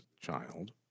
child